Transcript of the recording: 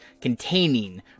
containing